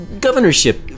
governorship